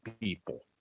people